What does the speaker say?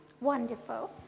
Wonderful